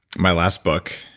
my last book.